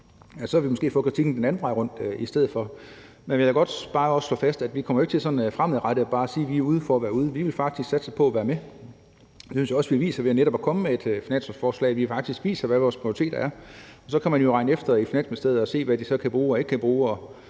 Så havde vi måske fået kritikken den anden vej rundt i stedet for. Men jeg vil godt slå fast, at vi jo ikke kommer til sådan fremadrettet bare at sige, at vi er ude for at være ude. Vi vil faktisk satse på at være med, og det synes jeg også vi viser ved netop at komme med et finanslovsforslag – at vi faktisk viser, hvad vores prioriteter er. Og så kan man jo regne efter i Finansministeriet og se, hvad man kan bruge og ikke kan bruge